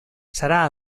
serà